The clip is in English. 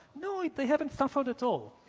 no, they haven't suffered at all.